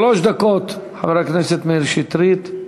שלוש דקות, חבר הכנסת מאיר שטרית.